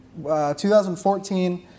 2014